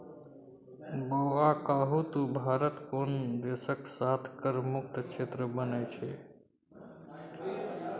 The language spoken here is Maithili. बौआ कहु त भारत कोन देशक साथ कर मुक्त क्षेत्र बनेने छै?